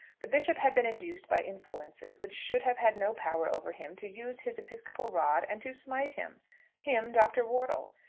the bishop had been induced by influences which should have had no power over him to use his episcopal rod and to smite him him dr. wortle!